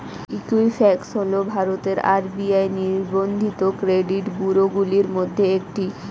Equifax হল ভারতের RBI নিবন্ধিত ক্রেডিট ব্যুরোগুলির মধ্যে একটি